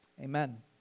amen